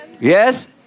Yes